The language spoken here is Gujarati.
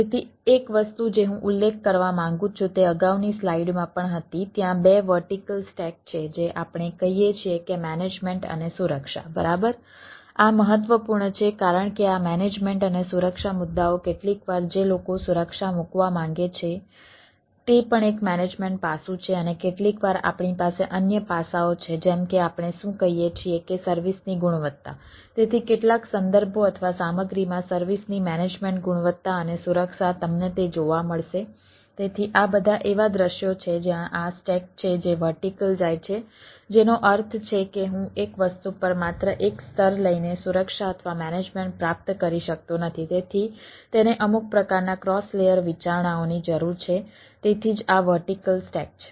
તેથી એક વસ્તુ જે હું ઉલ્લેખ કરવા માંગુ છું તે અગાઉની સ્લાઇડ વિચારણાઓની જરૂર છે તેથી જ આ વર્ટિકલ સ્ટેક છે